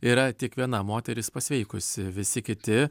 yra tik viena moteris pasveikusi visi kiti